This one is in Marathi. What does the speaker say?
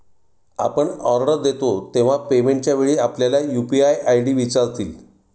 आपण ऑर्डर देता तेव्हा पेमेंटच्या वेळी आपल्याला यू.पी.आय आय.डी विचारतील